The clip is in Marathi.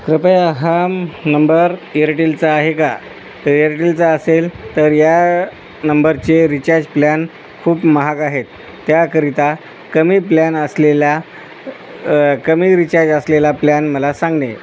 कृपया हा नंबर एअरटेलचा आहे का एअरटेलचा असेल तर या नंबरचे रिचार्ज प्लॅन खूप महाग आहेत त्याकरिता कमी प्लॅन असलेला कमी रिचार्ज असलेला प्लॅन मला सांगणे